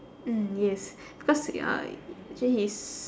mm yes because ya actually he's